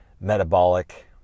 metabolic